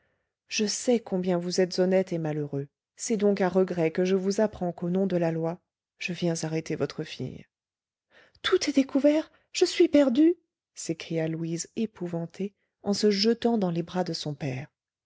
je sais combien vous êtes honnête et malheureux c'est donc à regret que je vous apprends qu'au nom de la loi je viens arrêter votre fille tout est découvert je suis perdue s'écria louise épouvantée en se jetant dans les bras de son père